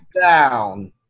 Down